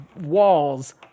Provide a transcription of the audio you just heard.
walls